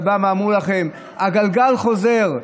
ואמרו לכם: הגלגל חוזר.